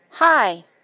Hi